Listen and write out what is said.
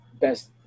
best